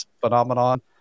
phenomenon